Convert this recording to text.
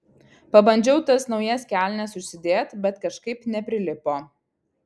pabandžiau tas naujas kelnes užsidėt bet kažkaip neprilipo